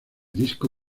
disco